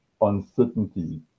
uncertainty